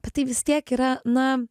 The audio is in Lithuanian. bet tai vis tiek yra na